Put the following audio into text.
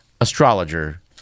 astrologer